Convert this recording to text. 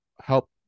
help